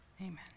Amen